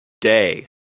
Day